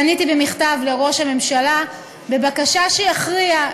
פניתי במכתב לראש הממשלה בבקשה שיכריע.